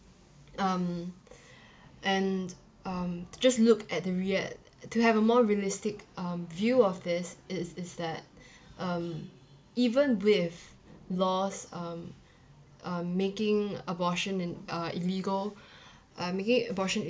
um and um just look at the rea~ to have a more realistic um view of this is is that um even with laws um um making abortion and uh illegal uh making abortion